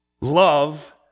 Love